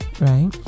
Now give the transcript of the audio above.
right